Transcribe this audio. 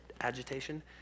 agitation